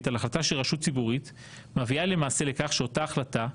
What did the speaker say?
על החלטה של רשות ציבורית מביאה למעשה לכך שאותה החלטה,